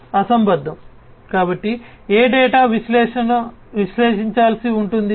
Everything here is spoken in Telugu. కాబట్టి ఏ డేటా సంబంధితమైనది మరియు ఏది కాదని ఒకరు ఎలా తెలుసుకోగలరు అందుకే ఈ డేటాను విశ్లేషించాల్సి ఉంటుంది